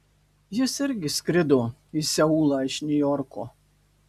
jis irgi skrido į seulą iš niujorko